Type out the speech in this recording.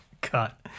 cut